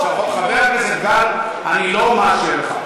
חבר הכנסת גל, אני לא מאשר לך.